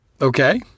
Okay